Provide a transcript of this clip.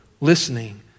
listening